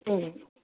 अँ